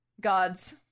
gods